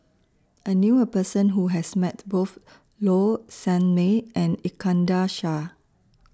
I knew A Person Who has Met Both Low Sanmay and Iskandar Shah